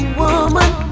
woman